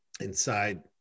inside